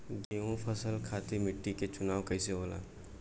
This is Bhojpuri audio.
गेंहू फसल खातिर मिट्टी के चुनाव कईसे होला?